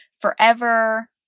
forever